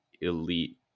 elite